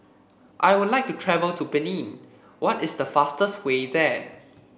I would like to travel to Benin what is the fastest way there